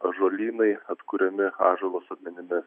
ąžolynai atkuriami ąžuolo sodmenimis